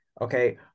okay